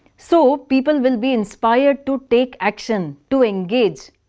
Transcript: so people will be inspired to take action, to engage.